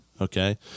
Okay